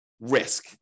risk